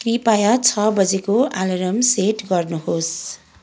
कृपया छ बजेको अलार्म सेट गर्नुहोस्